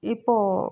இப்போது